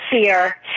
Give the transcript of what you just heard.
fear